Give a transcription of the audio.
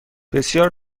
بسیار